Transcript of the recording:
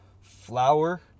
flour